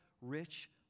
rich